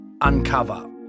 uncover